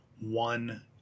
one